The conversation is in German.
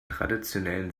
traditionellen